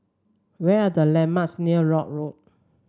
what are the landmarks near Lock Road